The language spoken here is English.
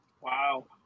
wow